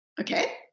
Okay